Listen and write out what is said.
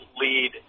lead